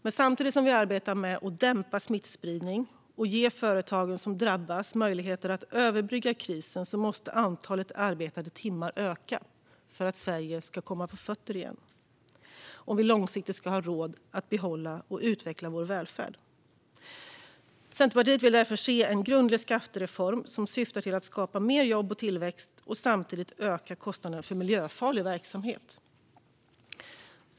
Men samtidigt som vi arbetar med att dämpa smittspridningen och att ge de företag som drabbas möjligheter att överbrygga krisen måste antalet arbetade timmar öka för att Sverige ska komma på fötter igen och vi långsiktigt ska ha råd att behålla och utveckla vår välfärd. Centerpartiet vill därför se en grundlig skattereform som syftar till att skapa mer jobb och tillväxt och som samtidigt ökar kostnaden för miljöfarlig verksamhet.